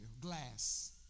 glass